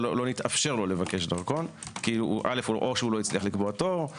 שלא התאפשר לו או כי לא הצליח לקבל דרכון,